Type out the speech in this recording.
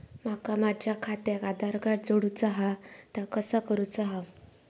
माका माझा खात्याक आधार कार्ड जोडूचा हा ता कसा करुचा हा?